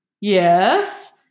Yes